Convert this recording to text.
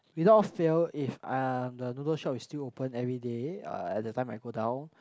without fail if uh the noodle shop is still open everyday uh at the time I go down